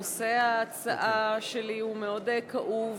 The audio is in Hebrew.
נושא ההצעה שלי הוא מאוד כאוב,